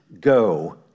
Go